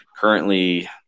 currently